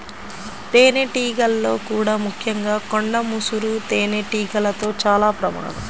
తేనెటీగల్లో కూడా ముఖ్యంగా కొండ ముసురు తేనెటీగలతో చాలా ప్రమాదం